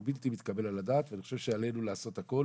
הוא בלתי מתקבל על הדעת ואני חושב שעלינו לעשות הכול